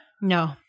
No